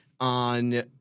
on